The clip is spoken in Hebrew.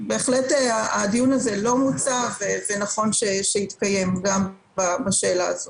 הדיון הזה לא מוצה ונכון שיתקיים גם בשאלה הזאת.